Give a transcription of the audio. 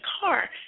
car